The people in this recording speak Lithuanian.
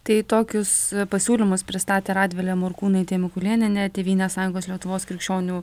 tai tokius pasiūlymus pristatė radvilė morkūnaitė mikulėnienė tėvynės sąjungos lietuvos krikščionių